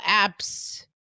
apps